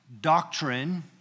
Doctrine